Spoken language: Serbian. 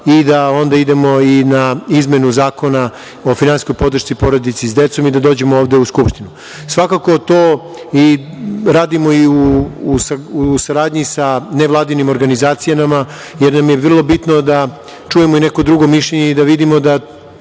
i da idemo i na izmenu Zakona o finansijskoj podršci porodici sa decom i da dođemo ovde u Skupštinu. Svakako to i radimo i u saradnji sa nevladinim organizacijama, jer nam je vrlo bitno da čujemo i neko drugo mišljenje i da vidimo da